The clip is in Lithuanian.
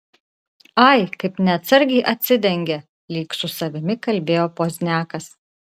ai kaip neatsargiai atsidengė lyg su savimi kalbėjo pozniakas